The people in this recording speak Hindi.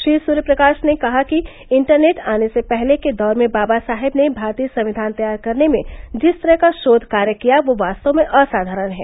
श्री सूर्य प्रकाश ने कहा कि इंटरनेट आने से पहले के दौर में बाबा साहेब ने भारतीय संविधान तैयार करने में जिस तरह का शौध कार्य किया वह वास्तव में असाधारण है